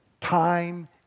Time